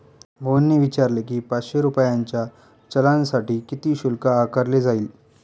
मोहनने विचारले की, पाचशे रुपयांच्या चलानसाठी किती शुल्क आकारले जाईल?